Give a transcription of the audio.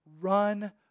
run